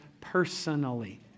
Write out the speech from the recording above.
personally